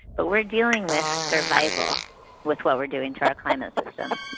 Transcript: but we are dealing with survival with what we are doing to our climate system.